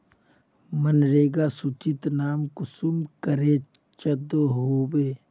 मनरेगा सूचित नाम कुंसम करे चढ़ो होबे?